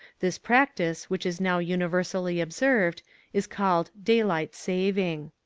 this practice which is now universally observed is called daylight saving.